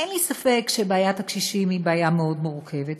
אין לי ספק שבעיית הקשישים היא בעיה מאוד מורכבת,